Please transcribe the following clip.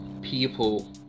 people